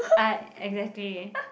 I exactly